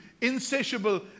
insatiable